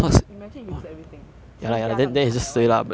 im~ imagine if you lose everything 倾家荡产 that one